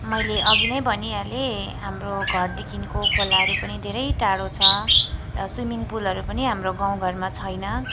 मैले अघि नै भनिहालेँ हाम्रो घरदेखिको खोलाहरू पनि धेरै टाढो छ र स्विमिङ पुलहरू पनि हाम्रो गाउँघरमा छैन